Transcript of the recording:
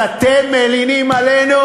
אז אתם מלינים עלינו?